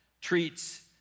treats